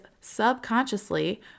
subconsciously